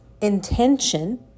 intention